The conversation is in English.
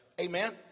Amen